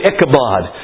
Ichabod